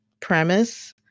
premise